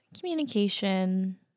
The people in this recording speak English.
Communication